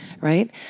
Right